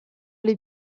les